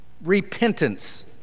Repentance